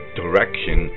direction